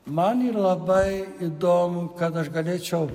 man yra labai įdomu kad aš galėčiau